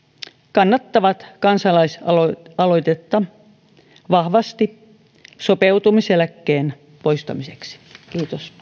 kannattavat kansalaisaloitetta vahvasti sopeutumiseläkkeen poistamiseksi kiitos